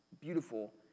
beautiful